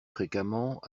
fréquemment